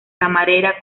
camarera